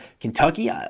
Kentucky